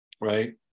right